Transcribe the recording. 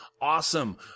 awesome